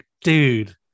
dude